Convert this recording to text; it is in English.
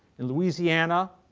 in louisiana,